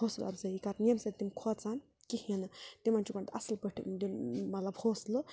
حوصلہٕ اَفضٲیی کَرٕنۍ ییٚمہِ سۭتۍ تِم کھوژَن کِہیٖنۍ نہٕ تِمَن چھُ گۄڈٕنٮ۪تھ اَصٕل پٲٹھۍ دیُن مطلب حوصلہٕ